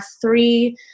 three